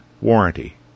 warranty